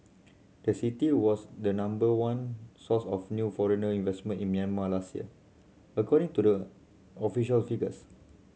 the city was the number one source of new foreigner investment in Myanmar last year according to the official figures